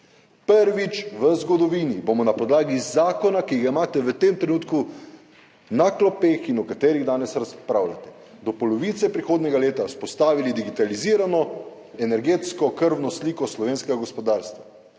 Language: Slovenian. Prvič v zgodovini bomo na podlagi zakona, ki ga imate v tem trenutku na klopeh in o katerem danes razpravljate, do polovice prihodnjega leta vzpostavili digitalizirano energetsko krvno sliko slovenskega gospodarstva,